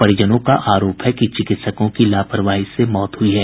परिजनों का आरोप है कि चिकित्सकों की लापरवाही से मौत हुई है